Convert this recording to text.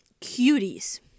Cuties